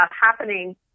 happening –